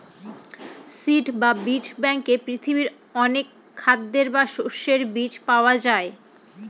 seed বা বীজ ব্যাঙ্কে পৃথিবীর অনেক খাদ্যের বা শস্যের বীজ পাওয়া যায়